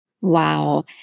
Wow